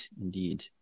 Indeed